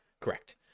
Correct